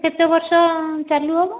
କେତେ ବର୍ଷ ଚାଲୁହେବ